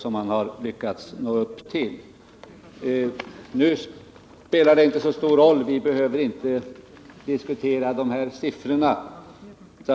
Vi behöver emellertid inte diskutera siffror.